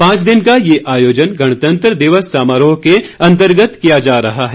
पांच दिन का यह आयोजन गणतंत्र दिवस समारोह के अंतर्गत किया जा रहा है